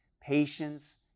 patience